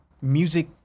music